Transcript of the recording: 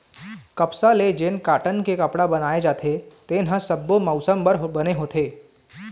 कपसा ले जेन कॉटन के कपड़ा बनाए जाथे तेन ह सब्बो मउसम बर बने होथे